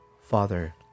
Father